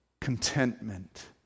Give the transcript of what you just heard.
contentment